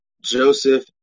Joseph